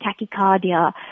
tachycardia